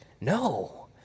No